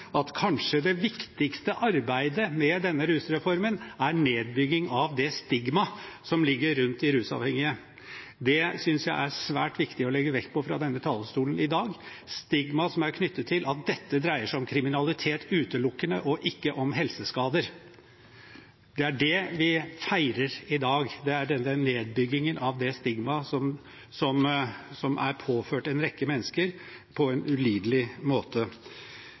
at kanskje det viktigste arbeidet med denne rusreformen er nedbygging av det stigmaet som er rundt de rusavhengige. Det synes jeg er svært viktig å legge vekt på fra denne talerstolen i dag – stigmaet som er knyttet til at dette dreier seg utelukkende om kriminalitet og ikke om helseskader. Det er det vi feirer i dag, nedbyggingen av det stigmaet som er påført en rekke mennesker på en ulidelig måte.